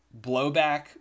blowback